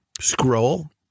scroll